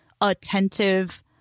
attentive